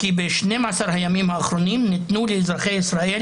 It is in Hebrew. כי ב-12 הימים האחרונים ניתנו לאזרחי ישראל